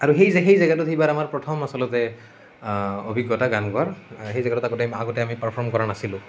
আৰু সেই সেই জেগাখিনিত সেইবাৰ আমাৰ প্ৰথম আচলতে অভিজ্ঞতা গান গোৱাৰ সেই জেগাটোত আমি আগতে পাৰফৰ্ম কৰা নাছিলোঁ